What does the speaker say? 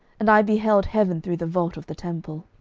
and i beheld heaven through the vault of the temple.